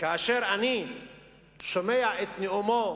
כאשר אני שומע את נאומו